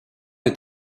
est